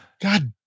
God